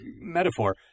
metaphor